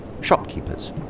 Shopkeepers